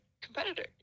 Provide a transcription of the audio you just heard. competitor